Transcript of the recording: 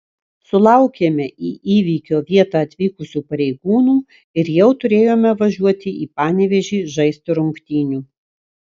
sulaukėme į įvykio vietą atvykusių pareigūnų ir jau turėjome važiuoti į panevėžį žaisti rungtynių